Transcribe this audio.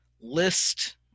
List